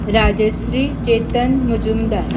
Rajshree Ketan Mujumdar